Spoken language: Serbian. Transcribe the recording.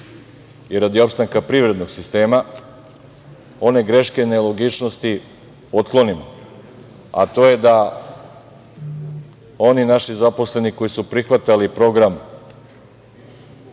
i radi opstanka privrednog sistema one greške nelogičnosti otklonimo, a to je da oni naši zaposleni koji su prihvatali